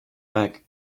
bag